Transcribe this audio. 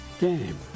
Game